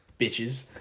Bitches